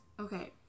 okay